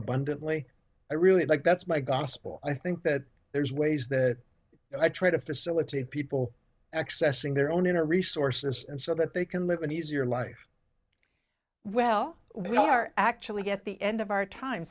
abundantly i really like that's my gospel i think that there's ways that i try to facilitate people accessing their own inner resources and so that they can live an easier life well we are actually get the end of our time